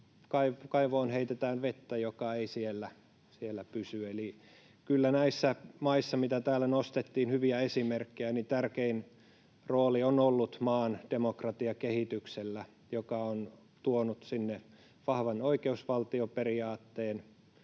kaivoon heitettyä vettä, joka ei siellä pysy. Eli kyllä näissä maissa, joista täällä nostettiin hyviä esimerkkejä, tärkein rooli on ollut maan demokratiakehityksellä, joka on tuonut sinne vahvan oikeusvaltioperiaatteen,